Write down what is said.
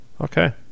Okay